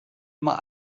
immer